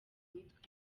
mitwe